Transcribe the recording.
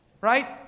Right